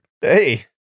Hey